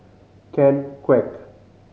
Ken Kwek